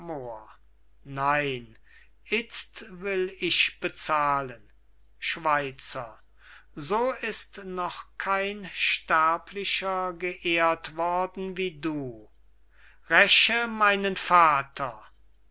nein itzt will ich bezahlen schweizer so ist noch kein sterblicher geehrt worden wie du räche meinen vater